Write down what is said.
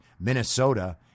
Minnesota